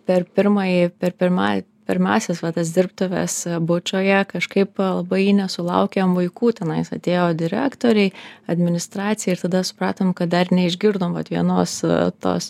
per pirmąjį per pirmą pirmąsias va tas dirbtuves bučoje kažkaip labai nesulaukėm vaikų tenais atėjo direktoriai administracija ir tada supratom kad dar neišgirdom vat vienos tos